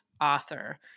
author